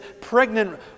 pregnant